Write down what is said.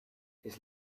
his